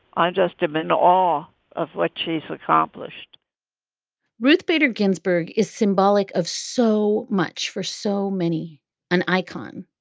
i'm just i'm in awe of what she's accomplished ruth bader ginsburg is symbolic of so much for so many an icon,